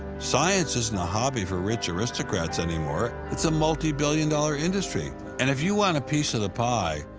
science isn't a hobby for rich aristocrats anymore. it's a multibillion-dollar industry. and if you want a piece of the pie,